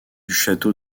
château